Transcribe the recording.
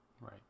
Right